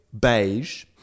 beige